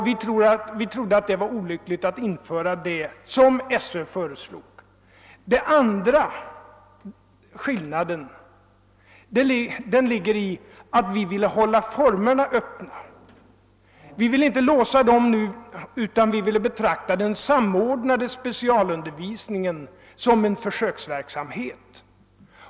Vi ansåg det vara olyckligt att införa den maximering som skolöverstyrelsen föreslog. Inte heller önskar vi låsa formerna, utan vi vill betrakta den samordnade specialundervisningen som en försöksverksamhet.